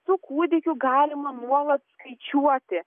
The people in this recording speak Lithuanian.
su kūdikiu galima nuolat skaičiuoti